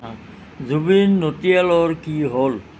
জুবিন নটিয়ালৰ কি হ'ল